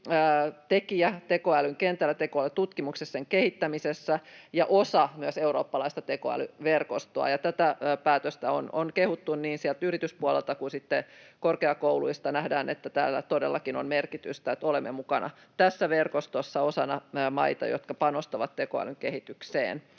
tekijä tekoälyn kentällä, tekoälyn tutkimuksessa ja sen kehittämisessä, ja myös osa eurooppalaista tekoälyverkostoa. Tätä päätöstä on kehuttu niin sieltä yrityspuolelta kuin sitten korkeakouluista. Nähdään, että tällä todellakin on merkitystä, että olemme mukana tässä verkostossa, osana näitä maita, jotka panostavat tekoälyn kehitykseen.